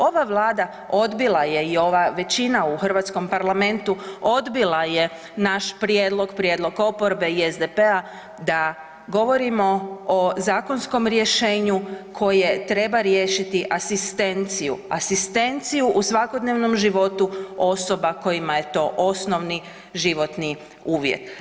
Ova Vlada odbila je i ova većina u hrvatskom parlamentu odbila je naš prijedlog, prijedlog oporbe i SDP-a da govorimo o zakonskom rješenju koje treba riješiti asistenciju, asistenciju u svakodnevnom životu osoba kojima je to osnovni životni uvjet.